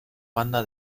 banda